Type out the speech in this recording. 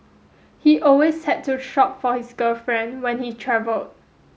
he always had to shop for his girlfriend when he travelled